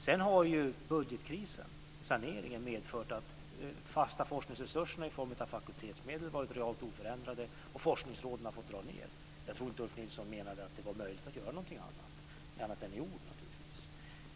Sedan har budgetkrisen, saneringen, medfört att fasta forskningsresurser i form av fakultetsmedel varit realt oförändrade och forskningsråden har fått dra ned. Jag tror inte att Ulf Nilsson menade att det var möjligt att göra något annat än det som är gjort.